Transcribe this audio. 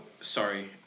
sorry